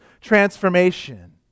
transformation